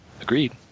Agreed